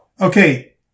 Okay